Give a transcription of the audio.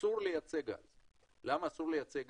שאסור לייצא גז.